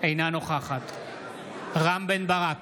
אינה נוכחת רם בן ברק,